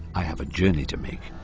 i have a journey to make.